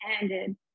ended